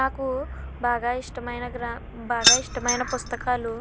నాకు బాగా ఇష్టమైన గ్రం బాగా ఇష్టమైన పుస్తకాలు